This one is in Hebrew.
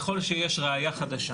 ככל שתהיה ראיה חדשה